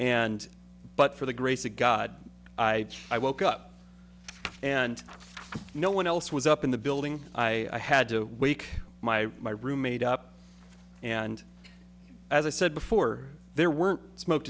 and but for the grace of god i i woke up and no one else was up in the building i had to wake my roommate up and as i said before there were smoke